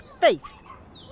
faith